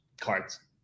cards